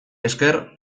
esker